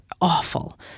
Awful